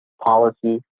policy